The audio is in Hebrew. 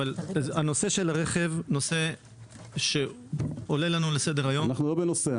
אבל נושא הרכב זה נושא שעולה לנו לסדר היום -- אנחנו לא "נושא",